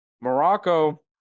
Morocco